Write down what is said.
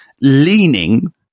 leaning